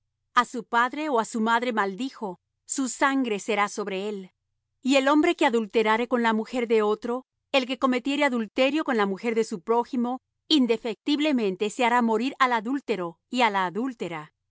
á su padre ó á su madre maldijo su sangre será sobre él y el hombre que adulterare con la mujer de otro el que cometiere adulterio con la mujer de su prójimo indefectiblemente se hará morir al adúltero y á la adúltera